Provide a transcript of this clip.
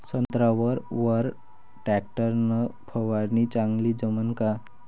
संत्र्यावर वर टॅक्टर न फवारनी चांगली जमन का?